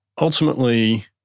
ultimately